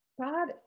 God